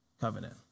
covenant